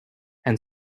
and